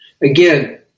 Again